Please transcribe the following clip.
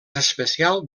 especial